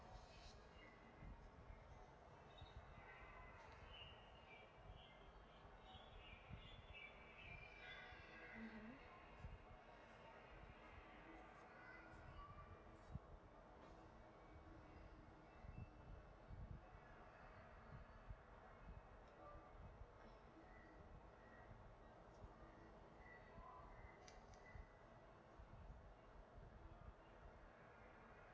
mmhmm